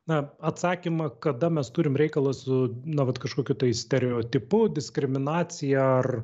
na atsakymą kada mes turim reikalą su na vat kažkokiu tai stereotipu diskriminacija ar